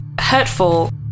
hurtful